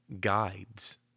guides